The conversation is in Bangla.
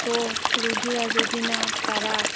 তো রুগীরা যদি না তারা